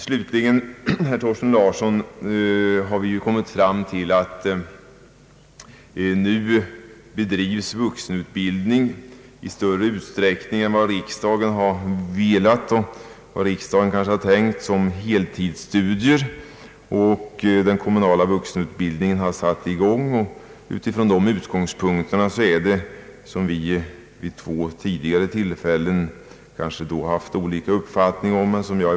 Slutligen, herr Thorsten Larsson, har vi ju kommit fram till att det nu bedrivs vuxenutbildning i större utsträckning än vad riksdagen har velat och kanske tänkt som heltidsstudier. Den kommunala vuxenutbildningen har satt i gång. Vi har vid två tidigare tillfällen haft olika uppfattning om denna sak.